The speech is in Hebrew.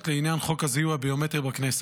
לעניין חוק הזיהוי הביומטרי בכנסת.